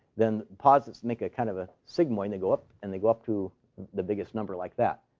then posits make a kind of a sigmoid. they go up, and they go up to the biggest number like that.